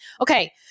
Okay